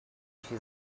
she